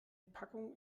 packung